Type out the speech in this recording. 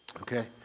Okay